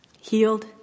Healed